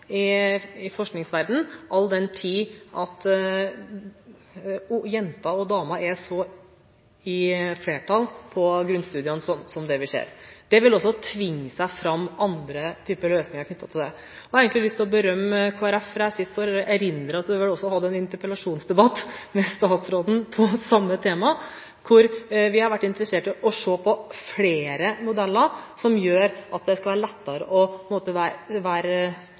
– i forskningsverdenen, all den tid jenter/damer er så i flertall på grunnstudiene som det vi ser. Det vil også tvinge seg fram andre typer løsninger knyttet til det. Jeg har egentlig lyst til å berømme Kristelig Folkeparti, for jeg synes å erindre at de også har reist en interpellasjonsdebatt med statsråden om samme tema. Vi har vært interessert i å se på flere modeller som gjør at det skal være lettere å